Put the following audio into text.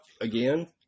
again